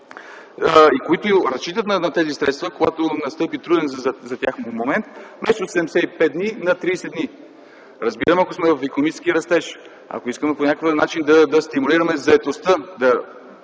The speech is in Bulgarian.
и които разчитат на тези средства, когато настъпи труден за тях момент. И вместо 75 дни – на 30 дни. Разбирам, ако сме в икономически растеж, ако искаме по някакъв начин да стимулираме заетостта,